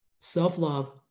self-love